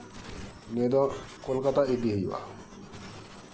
ᱱᱤᱭᱟᱹ ᱫᱚ ᱠᱳᱞᱠᱟᱛᱟ ᱤᱫᱤ ᱦᱳᱭᱳᱜᱼᱟ